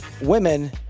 Women